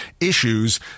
issues